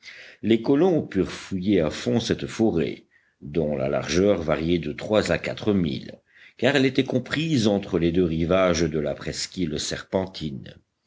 les colons purent fouiller à fond cette forêt dont la largeur variait de trois à quatre milles car elle était comprise entre les deux rivages de la presqu'île serpentine